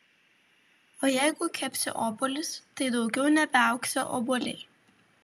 o jeigu kepsi obuolius tai daugiau nebeaugsią obuoliai